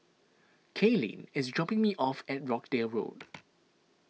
Kaylene is dropping me off at Rochdale Road